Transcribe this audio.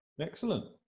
excellent